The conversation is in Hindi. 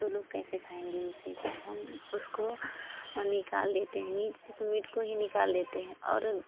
तो लोग कैसे खाएँगे उसे तो हम उसको निकाल देते हैं मीट से तो मीट को ही निकाल देते हैं और